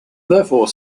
therefore